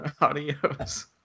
Adios